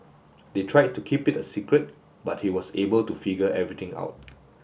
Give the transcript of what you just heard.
they tried to keep it a secret but he was able to figure everything out